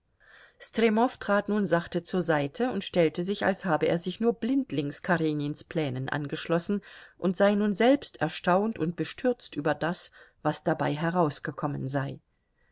stremow trat nun sachte zur seite und stellte sich als habe er sich nur blindlings karenins plänen angeschlossen und sei nun selbst erstaunt und bestürzt über das was dabei herausgekommen sei